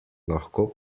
lahko